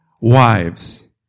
wives